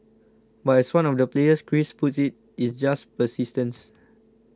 but as one of the players Chris puts it It's just persistence